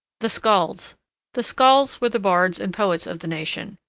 the skalds the skalds were the bards and poets of the nation,